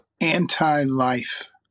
anti-life